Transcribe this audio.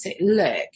look